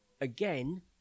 again